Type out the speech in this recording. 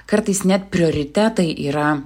kartais net prioritetai yra